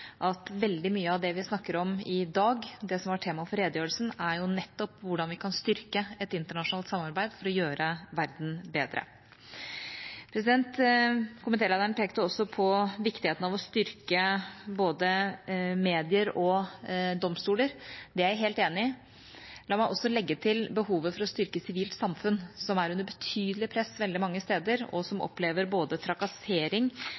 at veldig mye av det vi snakker om i dag og som var tema for redegjørelsen, nettopp er hvordan vi kan styrke et internasjonalt samarbeid for å gjøre verden bedre. Komitélederen pekte på viktigheten av å styrke både medier og domstoler. Det er jeg helt enig i. La meg legge til behovet for å styrke sivilt samfunn, som er under betydelig press veldig mange steder og som opplever både trakassering